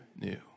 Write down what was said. new